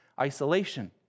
isolation